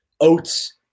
oats